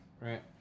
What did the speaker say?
right